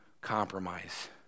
compromise